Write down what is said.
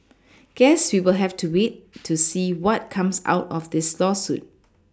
guess we'll have to wait to see what comes out of this lawsuit